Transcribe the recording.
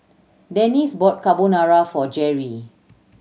Dennis bought Carbonara for Jerrie